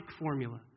formula